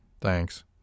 Thanks